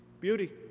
beauty